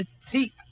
See